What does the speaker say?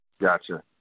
Gotcha